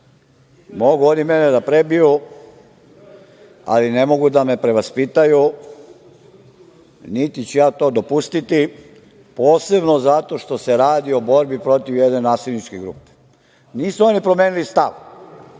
mogu oni mene da prebiju, ali ne mogu da me prevaspitaju, niti ću ja to dopustiti, posebno zato što se radi o borbi protiv jedne nasilničke grupe. Nisu oni promenili stav,